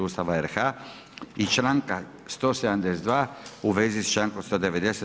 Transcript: Ustava RH i članka 172. u vezi s člankom 190.